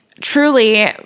Truly